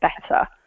better